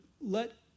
let